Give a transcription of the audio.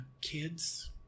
kids